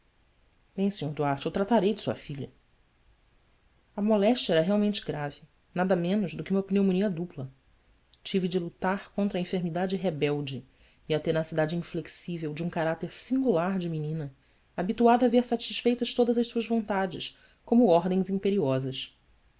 bem sr duarte eu tratarei de sua filha a moléstia era realmente grave nada menos do que uma pneumonia dupla tive de lutar contra a enfermidade rebelde e a tenacidade inflexível de um caráter singular de menina habituada a ver satisfeitas todas as suas vontades como ordens imperiosas